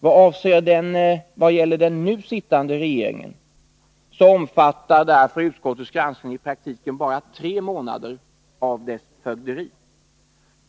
Vad gäller den nu sittande regeringen omfattar därför utskottets granskning i praktiken bara tre månader av dess fögderi.